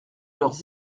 leurs